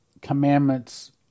Commandments